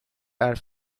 are